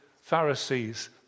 Pharisees